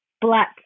Black